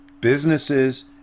businesses